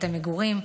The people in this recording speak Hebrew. בתי מגורים,